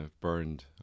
burned